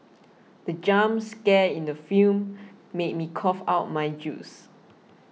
the jump scare in the film made me cough out my juice